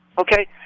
okay